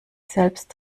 selbst